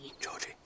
Georgie